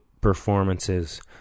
performances